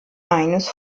eines